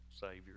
savior